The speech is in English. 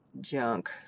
junk